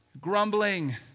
grumbling